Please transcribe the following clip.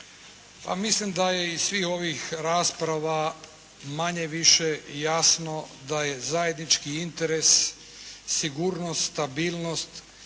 mislim da je iz svih ovih rasprava manje-više jasno da je zajednički interes sigurnost, stabilnost,